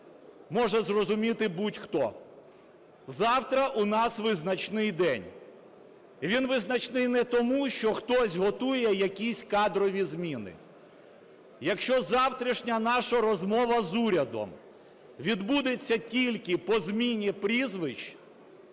може зрозуміти будь-хто. Завтра у нас визначний день. Він визначний не тому, що хтось готує якісь кадрові зміни. Якщо завтрашня наша розмова з урядом відбудеться тільки по зміні прізвищ,